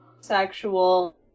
sexual